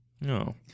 No